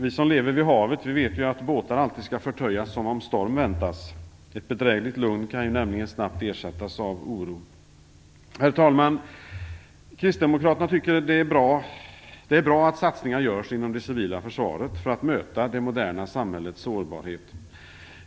Vi som lever vid havet vet att båtar alltid skall förtöjas som om storm väntades. Ett bedrägligt lugn kan nämligen snabbt ersättas av oro. Herr talman! Kristdemokraterna tycker att det är bra att satsningar görs inom det civila försvaret för att möta det moderna samhällets sårbarhet.